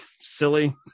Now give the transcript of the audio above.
silly